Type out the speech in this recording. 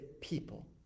people